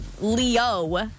Leo